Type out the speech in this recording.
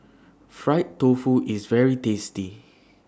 Fried Tofu IS very tasty